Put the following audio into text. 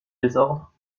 désordre